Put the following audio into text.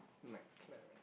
McLaren